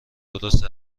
درست